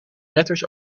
letters